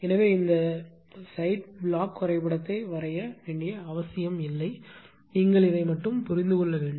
எனவே இந்த side block வரைபடத்தை வரைய வேண்டிய அவசியமில்லை நீங்கள் இதை மட்டுமே புரிந்து கொள்ள வேண்டும்